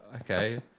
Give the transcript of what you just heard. Okay